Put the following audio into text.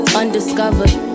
undiscovered